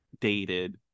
dated